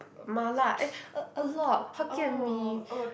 Mala eh a a lot Hokkien Mee